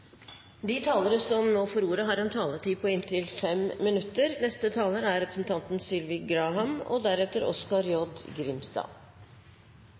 De talere som heretter får ordet, har en taletid på inntil 3 minutter. Kunnskap er bærebjelken for utvikling både for individet og